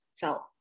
felt